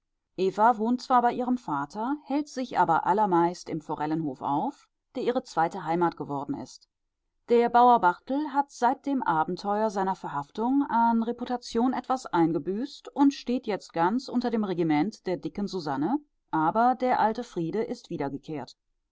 wohnt zwar bei ihrem vater hält sich aber allermeist im forellenhof auf der ihre zweite heimat geworden ist der bauer barthel hat seit dem abenteuer seiner verhaftung an reputation etwas eingebüßt und steht jetzt ganz unter dem regiment der dicken susanne aber der alte friede ist wiedergekehrt